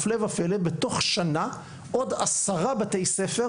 הפלא ופלא בתוך שנה עוד עשרה בתי ספר